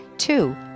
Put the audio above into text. Two